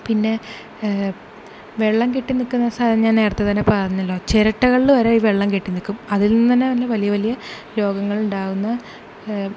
പിന്നെ വെള്ളം കെട്ടി നിൽക്കുന്ന സ്ഥലം ഞാൻ നേരത്തെ തന്നെ പറഞ്ഞല്ലോ ചിരട്ടകളിൽ വരെ ഈ വെള്ളം കെട്ടി നിൽക്കും അതിൽ നിന്ന് തന്നെ വലിയ വലിയ രോഗങ്ങൾ ഉണ്ടാകുന്നു